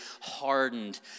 hardened